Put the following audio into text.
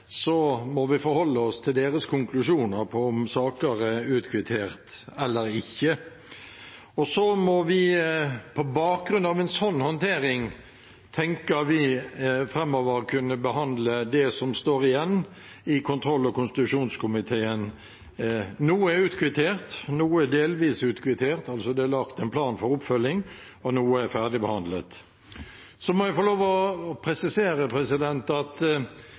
må vi forholde oss til deres konklusjoner når det gjelder om saker er utkvittert eller ikke. Så må vi på bakgrunn av en slik håndtering tenke at vi framover kan behandle det som står igjen, i kontroll- og konstitusjonskomiteen. Noe er utkvittert, noe er delvis utkvittert, eller det lagt en plan for oppfølging, og noe er ferdigbehandlet. Jeg må få lov til å presisere at påstanden om at